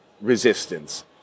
resistance